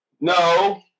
No